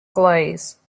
glaze